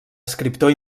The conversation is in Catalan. escriptor